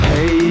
Hey